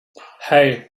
hey